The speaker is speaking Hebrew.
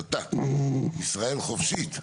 מישראל חופשית,